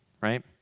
right